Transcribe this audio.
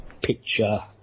picture